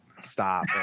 stop